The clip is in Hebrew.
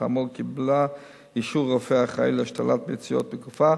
מטעמו קיבלה אישור רופא אחראי להשתלת ביציות בגופה.